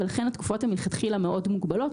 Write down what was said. לכן התקופות הן מלכתחילה מאוד מוגבלות.